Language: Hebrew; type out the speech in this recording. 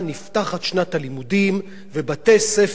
ובתי-ספר רבים חרדיים,